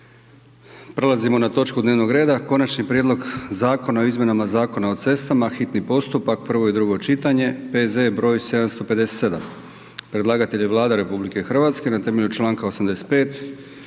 Prelazimo na točku dnevnog reda: - Konačni prijedlog zakona o izmjenama Zakona o cestama, hitni postupak, prvo i drugo čitanje, P.Z. br. 757 Predlagatelj je Vlada RH na temelju članka 85.